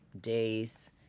days